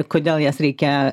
kodėl į jas reikia